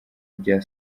rya